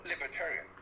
libertarian